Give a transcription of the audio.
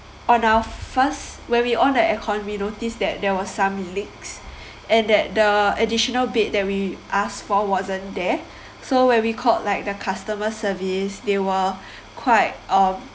on our first when we on the aircon we noticed that there was some leaks and that the additional bed that we asked for wasn't there so when we called like the customer service they were quite um